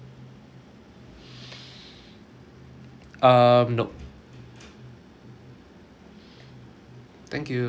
um nope thank you